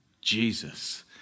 Jesus